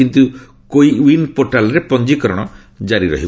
କିନ୍ତୁ CoWIN ପୋର୍ଟାଲ୍ରେ ପଞ୍ଜିକରଣ ଜାରି ରହିବ